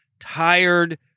tired